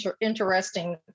interesting